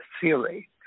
theory